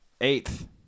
Eighth